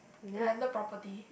landed property